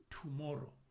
tomorrow